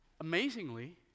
amazingly